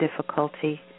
difficulty